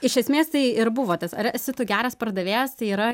iš esmės tai ir buvo tas ar esi tu geras pardavėjas tai yra